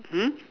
hmm